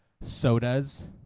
sodas